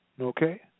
Okay